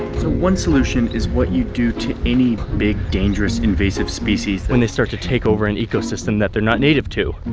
one solution is what you do to any big, dangerous invasive species when they start to take over an ecosystem that they're not native to.